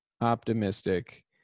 optimistic